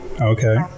okay